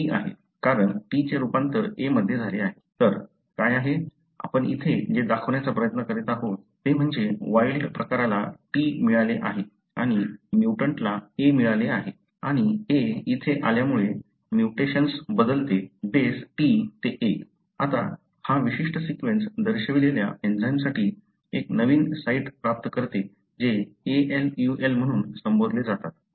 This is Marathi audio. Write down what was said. हे T आहे कारण T चे रूपांतर A मध्ये झाले आहे तर काय आहे आपण इथे जे दाखवण्याचा प्रयत्न करीत आहोत ते म्हणजे वाइल्ड प्रकाराला T मिळाले आहे आणि म्युटंटला A मिळाले आहे आणि A इथे आल्यामुळे म्युटेशन्स बदलते बेस T ते A आता हा विशिष्ट सीक्वेन्स दर्शविलेल्या एंजाइमसाठी एक नवीन साइट प्राप्त करते जे AluI म्हणून संबोधले जातात